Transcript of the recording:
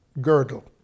girdle